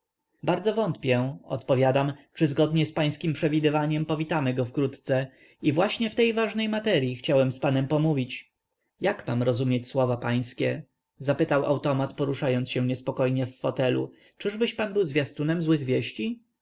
bardzo wątpię odpowiadam czy zgodnie z pańskiem przewidywaniem powitamy go wkrótce i właśnie w tej ważnej materyi chciałem z panem pomówić jak mam rozumieć słowa pańskie zapytał automat poruszając się niespokojnie w fotelu czyżbyś pan był zwiastunem złych wieści